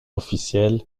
officiel